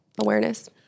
awareness